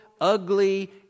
ugly